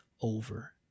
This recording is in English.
over